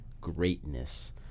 greatness